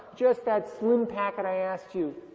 just that slim packet i asked you.